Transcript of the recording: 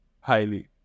Highly